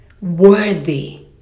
worthy